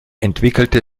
entwickelte